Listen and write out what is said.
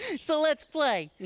so let's play.